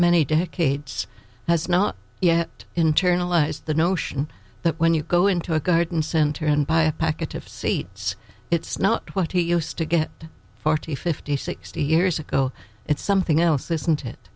many decades has not yet internalized the notion that when you go into a garden center and buy a packet of seeds it's not what he used to get forty fifty sixty years ago it's something else this isnt it